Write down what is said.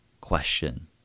question